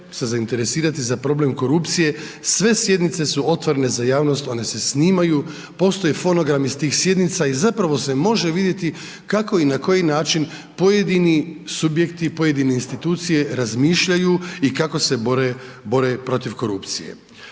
se zainteresirati za problem korupcije. Sve sjednice su otvorene za javnost one se snimaju, postoje fonogrami s tih sjednica i zapravo se može vidjeti kako i na koji način pojedini subjekti, pojedine institucije razmišljaju i kako se bore, bore protiv korupcije.